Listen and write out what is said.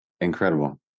Incredible